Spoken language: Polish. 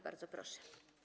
Bardzo proszę.